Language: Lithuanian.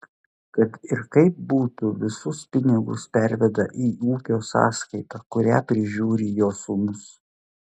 kad ir kaip būtų visus pinigus perveda į ūkio sąskaitą kurią prižiūri jo sūnus